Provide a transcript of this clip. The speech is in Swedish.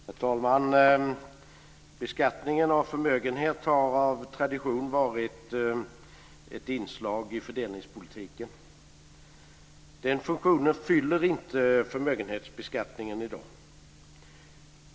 Herr talman! Beskattningen av förmögenheter har av tradition varit ett inslag i fördelningspolitiken. Den funktionen fyller inte förmögenhetsbeskattningen i dag.